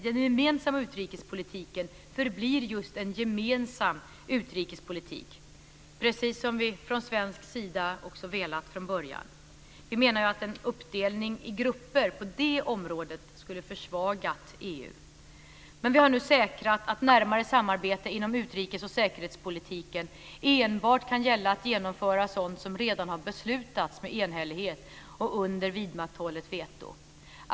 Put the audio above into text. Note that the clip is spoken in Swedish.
Den gemensamma utrikespolitiken förblir just en gemensam utrikespolitik, precis som vi från svensk sida har velat från början. Vi menar att en uppdelning i grupper på det området skulle ha försvagat EU. Vi har nu säkrat att närmare samarbete inom utrikes och säkerhetspolitiken enbart kan gälla att genomföra sådant som redan har beslutats med enhällighet och under vidmakthållet veto.